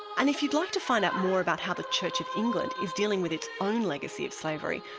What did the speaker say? and if you'd like to find out more about how the church of england is dealing with it's own legacy of slavery,